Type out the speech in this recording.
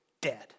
dead